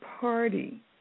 party